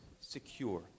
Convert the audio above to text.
secure